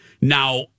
now